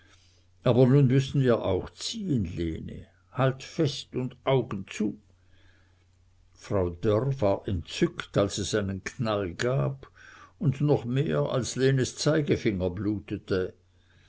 aber nun müssen wir auch ziehen lene halt fest und augen zu frau dörr war entzückt als es einen knall gab und noch mehr als lenes zeigefinger blutete